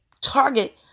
target